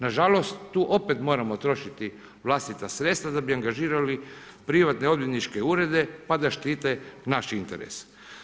Nažalost tu opet moramo trošiti vlastita sredstva za bi angažirali privatne odvjetničke urede pa da štite naš interes.